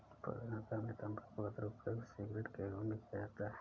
पूरे संसार में तम्बाकू का दुरूपयोग सिगरेट के रूप में किया जाता है